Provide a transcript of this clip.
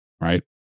Right